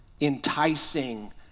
enticing